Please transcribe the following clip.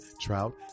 trout